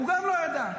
הוא גם לא ידע.